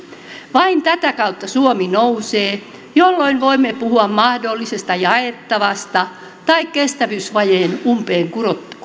vain tätä kautta suomi nousee jolloin voimme puhua mahdollisesta jaettavasta tai kestävyysvajeen umpeen kuromisesta